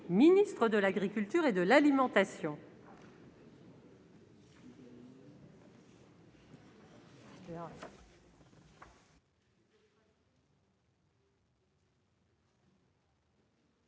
ministère de l'agriculture et de l'alimentation,